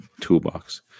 toolbox